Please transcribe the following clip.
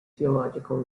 theological